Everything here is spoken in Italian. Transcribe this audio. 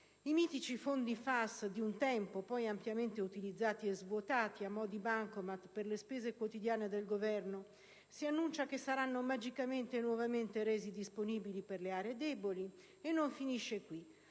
i mitici fondi FAS di un tempo, poi ampiamente utilizzati e svuotati a mo' di Bancomat per le spese quotidiane del Governo, si annuncia che saranno magicamente nuovamente resi disponibili per le aree deboli; e non finisce qui.